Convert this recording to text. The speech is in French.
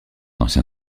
ancien